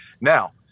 Now